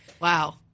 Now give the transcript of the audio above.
Wow